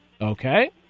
Okay